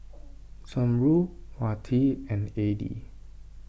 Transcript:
Zamrud Wati and Adi